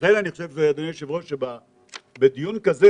לכן, אדוני היושב-ראש, אני מצפה שבדיון כזה